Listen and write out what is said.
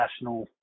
national